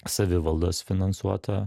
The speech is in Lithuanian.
savivaldos finansuota